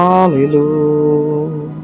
Hallelujah